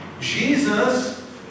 Jesus